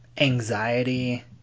anxiety